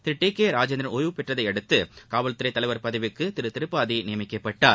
திரு T K Rajendran ஒய்வு பெற்றதை அடுத்து காவல்துறை தலைவர் பதவிக்கு திரு திரிபாதி நியமிக்கப்பட்டார்